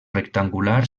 rectangular